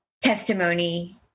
testimony